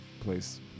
place